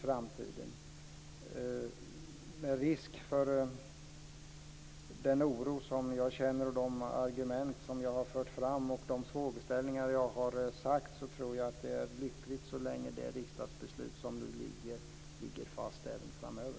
Med tanke på den oro som jag känner, de argument som jag har fört fram och de frågeställningar som jag har tagit upp tror jag att det är lyckligt som riksdagsbeslutet ligger fast även framöver.